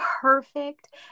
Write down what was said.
perfect